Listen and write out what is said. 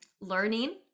learning